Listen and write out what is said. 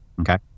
okay